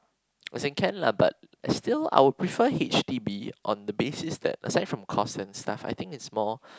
as in can lah but I still I would prefer H_D_B on the basis that aside from cost and stuff I think it's more